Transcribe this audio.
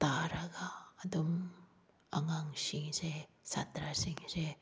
ꯇꯥꯔꯒ ꯑꯗꯨꯝ ꯑꯉꯥꯡꯁꯤꯡꯁꯦ ꯁꯥꯇ꯭ꯔꯁꯤꯡꯁꯦ